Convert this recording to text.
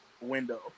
window